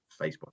facebook